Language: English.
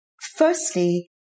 Firstly